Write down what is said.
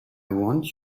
want